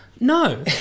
No